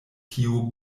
tio